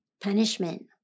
punishment